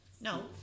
No